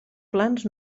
plans